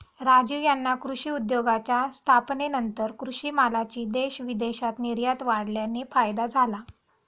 राजीव यांना कृषी उद्योगाच्या स्थापनेनंतर कृषी मालाची देश विदेशात निर्यात वाढल्याने फायदा झाला